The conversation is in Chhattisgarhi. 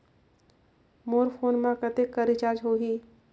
मोर फोन मा कतेक कर रिचार्ज हो ही?